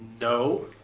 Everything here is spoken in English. No